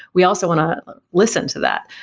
we also want to listen to that.